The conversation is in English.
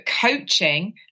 coaching